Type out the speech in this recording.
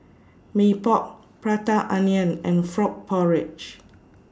Mee Pok Prata Onion and Frog Porridge